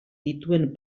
dituen